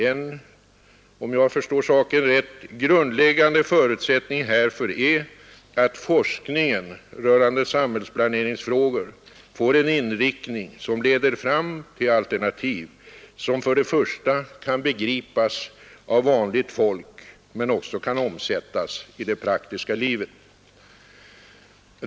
En, om jag förstår saken rätt, grundläggande förutsättning härför är att forskningen rörande samhällsplaneringsfrågor får en inriktning som leder fram till alternativ vilka kan begripas av vanligt folk men också kan omsättas i det praktiska livet.